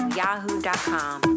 yahoo.com